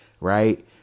Right